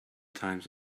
times